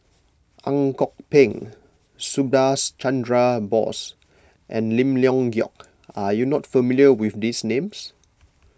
Ang Kok Peng Subhas Chandra Bose and Lim Leong Geok are you not familiar with these names